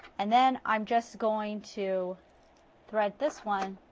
and then i am just going to thread this one,